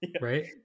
Right